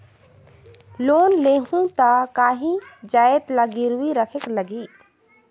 Loan लेहूं ता काहीं जाएत ला गिरवी रखेक लगही?